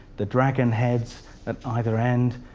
the dragon heads at either end,